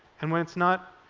and when it's not,